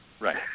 Right